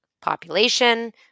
population